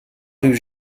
rue